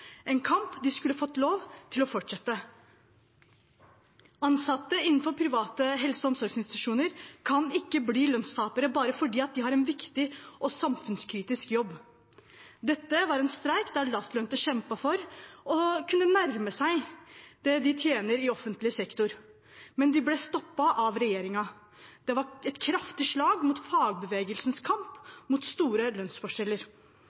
en kamp de skulle fått lov til å fortsette. Ansatte innenfor private helse- og omsorgsinstitusjoner kan ikke bli lønnstapere bare fordi de har en viktig og samfunnskritisk jobb. Dette var en streik der lavtlønte kjempet for å kunne nærme seg det de tjener i offentlig sektor, men de ble stoppet av regjeringen. Det var et kraftig slag mot fagbevegelsens kamp mot store lønnsforskjeller.